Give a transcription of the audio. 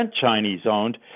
Chinese-owned